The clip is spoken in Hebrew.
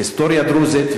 היסטוריה דרוזית,